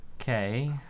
Okay